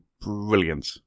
brilliant